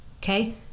okay